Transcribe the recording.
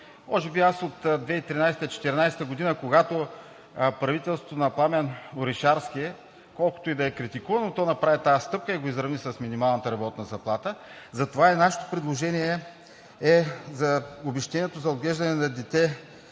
може би от 2013 – 2014 г., когато правителството на Пламен Орешарски, колкото и да е критикувано, направи тази стъпка и го изравни с минималната работна заплата. Затова и нашето предложение е: обезщетението за отглеждане на дете